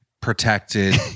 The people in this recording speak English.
protected